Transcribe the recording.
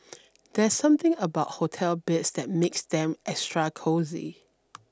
there's something about hotel beds that makes them extra cosy